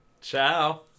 Ciao